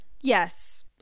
Yes